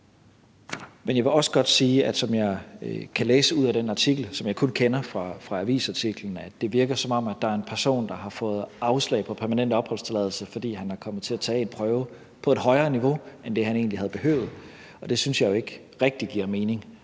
Men jeg vil også godt sige – som jeg kan læse ud af den artikel, og jeg kender kun sagen fra avisartiklen – at det virker, som om der er en person, der har fået afslag på permanent opholdstilladelse, fordi han er kommet til at tage en prøve på et højere niveau end det, han egentlig havde behøvet, og det synes jeg jo ikke rigtig giver mening.